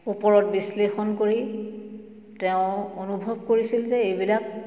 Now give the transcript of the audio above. ওপৰত বিশ্লেষণ কৰি তেওঁ অনুভৱ কৰিছিল যে এইবিলাক